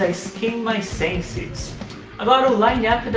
and skin my senses um and like